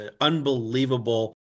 unbelievable